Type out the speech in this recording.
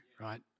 right